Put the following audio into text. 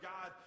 God